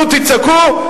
נו, תצעקו.